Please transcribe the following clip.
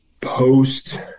post